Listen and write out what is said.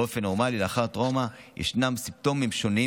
באופן נורמלי לאחר טראומה יש סימפטומים שונים.